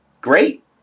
Great